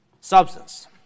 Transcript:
substance